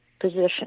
position